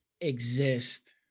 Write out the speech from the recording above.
exist